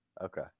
Okay